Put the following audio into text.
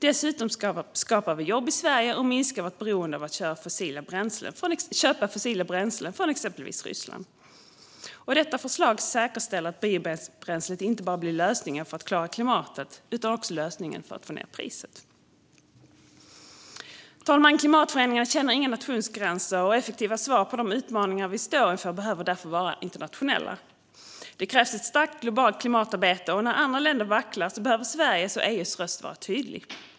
Dessutom skapar vi jobb i Sverige och minskar vårt beroende av att köpa fossila bränslen från exempelvis Ryssland. Detta förslag säkerställer att biobränslet inte bara blir lösningen för att klara klimatet utan också lösningen för att få ned priset. Herr talman! Klimatförändringarna känner inga nationsgränser, och effektiva svar på de utmaningar vi står inför behöver därför vara internationella. Det krävs ett starkt globalt klimatarbete, och när andra länder vacklar behöver Sveriges och EU:s röster vara tydliga.